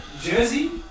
jersey